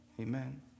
Amen